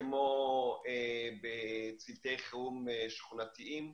כמו צוותי חירום שכונתיים,